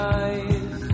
eyes